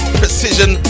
precision